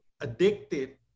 addicted